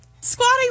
squatting